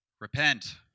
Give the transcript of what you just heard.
Repent